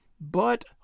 But